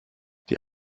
die